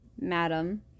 madam